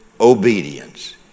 obedience